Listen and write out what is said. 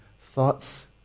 thoughts